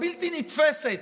הבלתי-נתפסת,